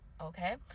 Okay